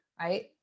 right